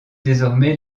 désormais